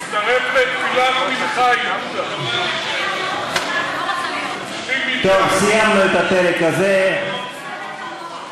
(חבר הכנסת עיסאווי פריג' יוצא מאולם המליאה.) תצטרף לתפילת המנחה,